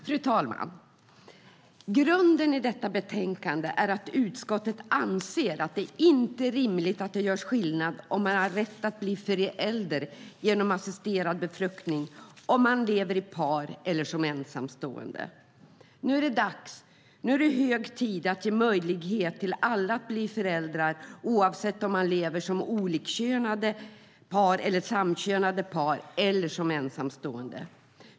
Fru talman! Grunden för detta betänkande är att utskottet anser att det inte är rimligt att det görs skillnad när det gäller rätten att bli förälder genom assisterad befruktning beroende på om man lever i par eller som ensamstående. Nu är det dags, nu är det hög tid, att ge alla möjlighet att bli föräldrar, oavsett om man lever som olikkönade par, samkönade par eller som ensamstående.